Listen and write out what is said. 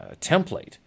template